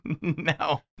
no